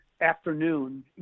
afternoon